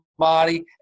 body